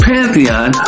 Pantheon